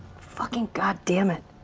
fucking goddamn it.